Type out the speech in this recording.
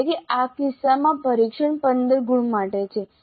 એટલે કે આ કિસ્સામાં પરીક્ષણ 15 ગુણ માટે છે